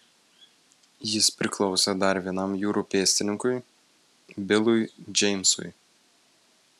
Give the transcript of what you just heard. jis priklausė dar vienam jūrų pėstininkui bilui džeimsui